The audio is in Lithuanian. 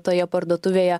toje parduotuvėje